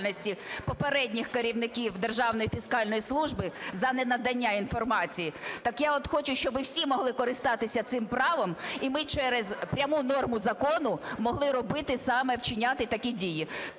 попередніх керівників Державної фіскальної служби за ненадання інформації. Так я, от, хочу, щоб всі могли користуватися цим правом, і ми через пряму норму закону могли робити, саме вчиняти такі дії.